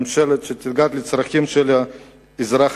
ממשלה שתדאג לצרכים של האזרח,